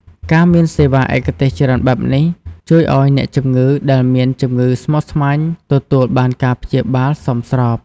ការមានសេវាឯកទេសច្រើនបែបនេះ ជួយឱ្យអ្នកជំងឺដែលមានជំងឺស្មុគស្មាញទទួលបានការព្យាបាលសមស្រប។